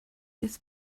this